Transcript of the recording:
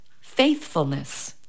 faithfulness